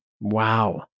Wow